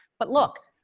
but, look,